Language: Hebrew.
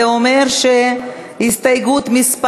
זה אומר שהסתייגות מס'